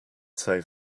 save